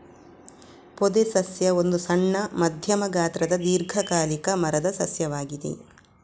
ಪೊದೆ ಸಸ್ಯ ಒಂದು ಸಣ್ಣ, ಮಧ್ಯಮ ಗಾತ್ರದ ದೀರ್ಘಕಾಲಿಕ ಮರದ ಸಸ್ಯವಾಗಿದೆ